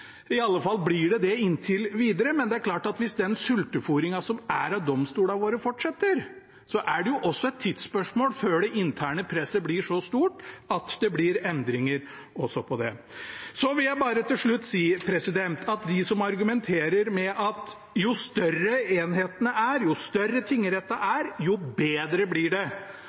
I alle fall blir det det inntil videre, men det er klart at hvis den sultefôringen som er av domstolene våre, fortsetter, er det et tidsspørsmål før det interne presset blir så stort at det blir endringer også på det. Så vil jeg bare til slutt si til dem som argumenterer med at jo større enhetene er, jo større tingrettene er, jo bedre blir det: